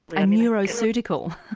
a neuroceutical.